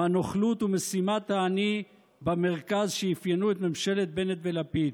מהנוכלות ומשימת האני במרכז שאפיינו את ממשלת בנט ולפיד?